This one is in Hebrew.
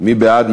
מי בעד?